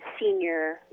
senior